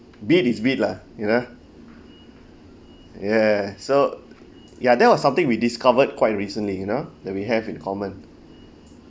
beat is beat lah you know ya so ya that was something we discovered quite recently you know that we have in common